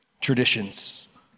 traditions